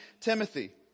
Timothy